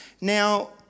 Now